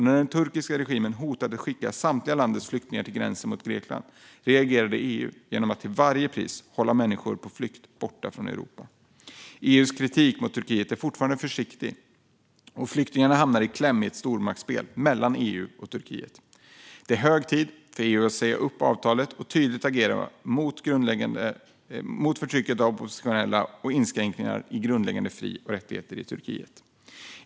När den turkiska regimen hotade att skicka samtliga landets flyktingar till gränsen mot Grekland reagerade EU genom att till varje pris hålla människor på flykt borta från Europa. EU:s kritik mot Turkiet är fortfarande försiktig, och flyktingarna hamnar i kläm i ett stormaktsspel mellan EU och Turkiet. Det är hög tid för EU att säga upp avtalet och tydligt agera mot förtrycket av oppositionella och inskränkningar i grundläggande fri och rättigheter i Turkiet.